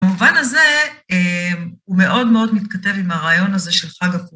במובן הזה, הוא מאוד מאוד מתכתב עם הרעיון הזה של חג אחו...